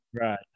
right